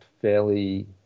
fairly